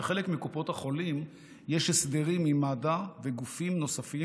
לחלק מקופות החולים יש הסדרים עם מד"א ועם גופים נוספים,